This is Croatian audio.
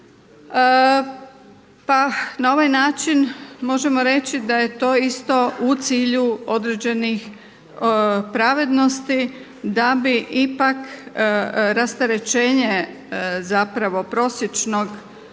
Pa na ovaj način možemo reći da je to isto u cilju određenih pravednosti da bi ipak rasterećenje zapravo prosječnog